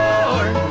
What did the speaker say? Lord